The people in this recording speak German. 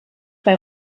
bei